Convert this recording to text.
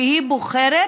והיא בוחרת,